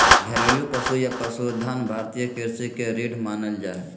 घरेलू पशु या पशुधन भारतीय कृषि के रीढ़ मानल जा हय